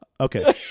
okay